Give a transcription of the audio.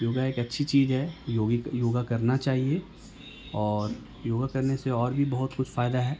یوگا ایک اچھی چیز ہے یوگی یوگا کرنا چاہیے اور یوگا کرنے سے اور بھی بہت کچھ فائدہ ہے